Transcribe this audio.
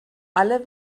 alle